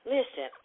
Listen